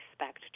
respect